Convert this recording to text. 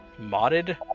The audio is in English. Modded